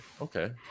Okay